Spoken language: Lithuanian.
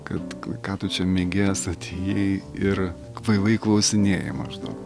kad ką tu čia mėgėjas atėjai ir kvailai klausinėji maždaug